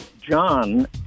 John